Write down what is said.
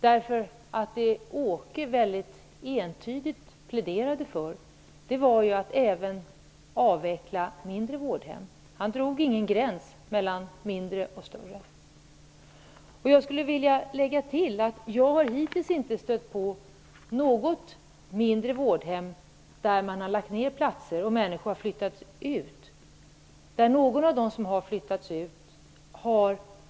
Det som Åke Johansson entydigt pläderade för var att även mindre vårdhem skall avvecklas. Han drog ingen gräns mellan mindre och större vårdhem. Jag skulle vilja lägga till att jag hittills inte har stött på någon person som i efterhand har beklagat att ett mindre vårdhem har lagts ner och människor har flyttat ut.